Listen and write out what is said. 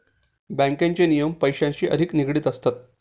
बँकेचे नियम पैशांशी अधिक निगडित असतात